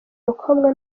mukobwa